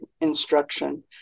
instruction